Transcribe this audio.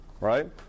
right